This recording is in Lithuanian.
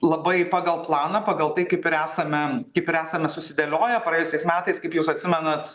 labai pagal planą pagal tai kaip ir esame kaip ir esame susidėlioję praėjusiais metais kaip jūs atsimenat